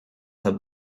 her